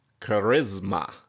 charisma